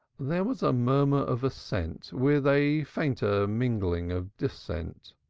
there was a murmur of assent with a fainter mingling of dissent.